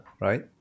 right